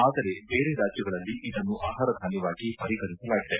ಆದರೆ ಬೇರೆ ರಾಜ್ಯಗಳಲ್ಲಿ ಇದನ್ನು ಆಹಾರಧಾನ್ಯವಾಗಿ ಪರಿಗಣಿಸಲಾಗಿದೆ